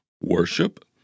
worship